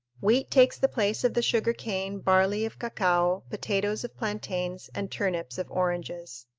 wheat takes the place of the sugar-cane, barley of cacao, potatoes of plantains, and turnips of oranges.